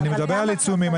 אני מדבר על עיצומים,